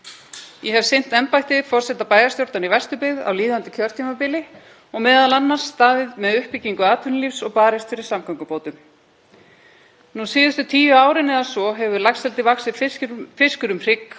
Ég hef sinnt embætti forseta bæjarstjórnar í Vesturbyggð á líðandi kjörtímabili og m.a. staðið með uppbyggingu atvinnulífs og barist fyrir samgöngubótum. Nú síðustu tíu árin eða svo hefur laxeldi vaxið fiskur um hrygg